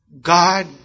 God